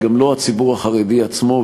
גם לא הציבור החרדי עצמו,